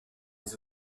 des